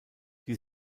die